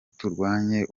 turwanye